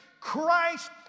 Christ